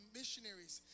missionaries